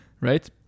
Right